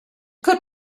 could